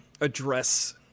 address